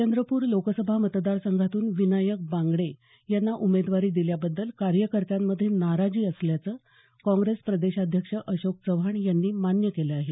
चंद्रपूर लोकसभा मतदारसंघातून विनायक बांगडे यांना उमेदवारी दिल्याबद्दल कार्यकर्त्यांमध्ये नाराजी असल्याचं काँग्रेस प्रदेशाध्यक्ष अशोक चव्हाण यांनी मान्य केलं आहे